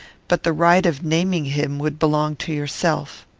but the right of naming him would belong to yourself.